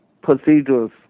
procedures